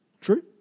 True